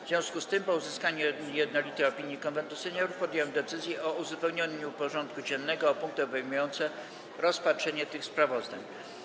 W związku z tym, po uzyskaniu jednolitej opinii Konwentu Seniorów, podjąłem decyzję o uzupełnieniu porządku dziennego o punkty obejmujące rozpatrzenie tych sprawozdań.